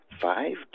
five